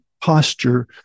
posture